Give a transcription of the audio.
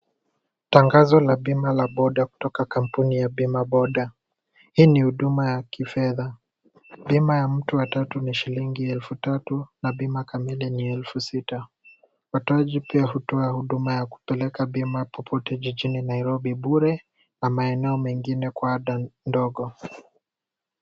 Tangazo la bima ya boda kutoka kampuni ya BimaBoda. Hii ni huduma ya kifedha. Bima ya mtu wa tatu ni shilingi elfu tatu na bima kamili ni elfu sita. Watoaji pia hutoa hutuma ya kupeleka bima ppoye jijini Nairobi bure na maeneo mengine kwa ada ndogo.